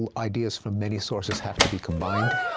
ah ideas from many sources have to be combined.